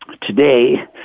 Today